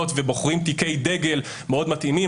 מאוד ובוחרים תיקי דגל מאוד מתאימים.